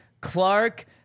Clark